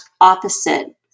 opposite